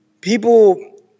people